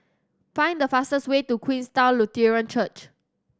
find the fastest way to Queenstown Lutheran Church